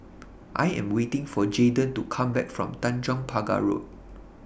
I Am waiting For Jaeden to Come Back from Tanjong Pagar Road